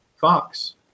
Fox